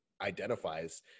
identifies